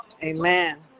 amen